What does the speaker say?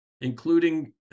including